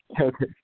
Okay